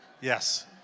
yes